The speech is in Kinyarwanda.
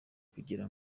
kugira